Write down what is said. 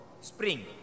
spring